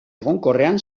egonkorrean